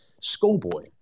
schoolboy